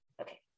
Okay